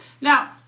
Now